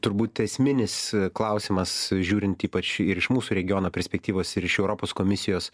turbūt esminis klausimas žiūrint ypač ir iš mūsų regiono perspektyvos ir iš europos komisijos